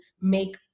make